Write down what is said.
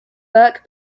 burke